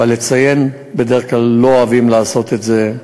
אבל לציין, בדרך כלל לא אוהבים לעשות את זה.